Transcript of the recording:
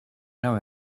know